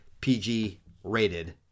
PG-rated